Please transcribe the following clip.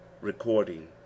recording